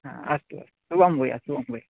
अस्तु अस्तु शुभं भूयात् शुभं भूयात्